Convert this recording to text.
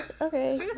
Okay